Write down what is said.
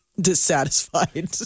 dissatisfied